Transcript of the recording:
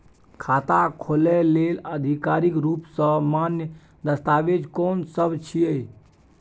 खाता खोले लेल आधिकारिक रूप स मान्य दस्तावेज कोन सब छिए?